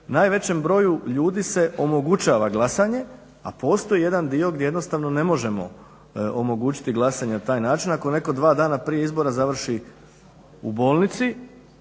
najvećem broju ljudi se omogućava glasanje, a postoji jedan dio gdje jednostavno ne možemo omogućiti glasanje na taj način ako neko dva dana prije izbora završi u bolnici,